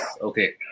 Okay